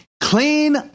clean